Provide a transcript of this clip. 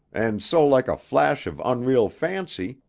and so like a flash of unreal fancy,